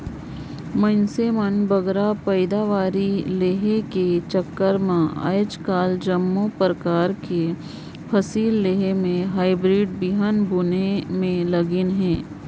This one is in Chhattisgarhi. मइनसे मन बगरा पएदावारी लेहे कर चक्कर में आएज काएल जम्मो परकार कर फसिल लेहे में हाईब्रिड बीहन बुने में लगिन अहें